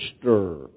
stir